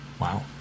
Wow